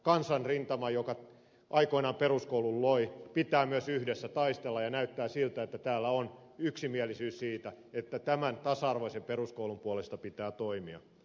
kansanrintaman joka aikoinaan peruskoulun loi pitää myös yhdessä taistella ja näyttää siltä että täällä on yksimielisyys siitä että tämän tasa arvoisen peruskoulun puolesta pitää toimia